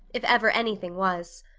if ever anything was.